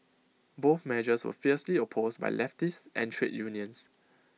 both measures were fiercely opposed by leftists and trade unions